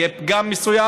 יהיה פגם מסוים,